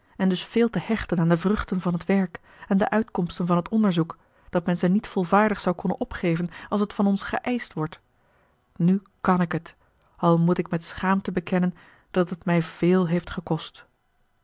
en dus veel te hechten aan de vruchten van het werk aan de uitkomsten van het onderzoek dat men ze niet volvaardig zou kunnen opgeven als het van ons geëischt wordt nu kàn ik het al moet ik met schaamte bekennen dat het mij veel heeft gekost